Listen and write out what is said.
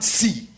see